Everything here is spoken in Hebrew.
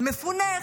מפונה,